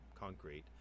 concrete